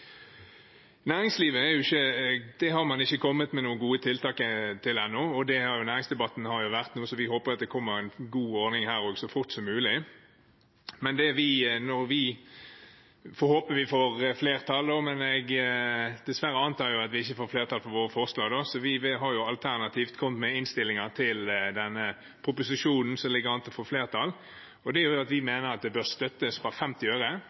har ennå ikke kommet med noen gode tiltak overfor næringslivet. Næringsdebatten har jo vært, så vi håper at det kommer en god ordning her så fort som mulig. Vi får håpe vi får flertall, men dessverre antar jeg at vi ikke får flertall for vårt forslag. Vi har alternativt kommet med forslag til denne proposisjonen, som ligger an til å få flertall. Vi mener at stønad bør gis fra 50 øre,